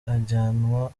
ajyanwa